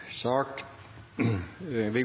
sak